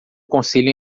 conselho